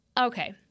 okay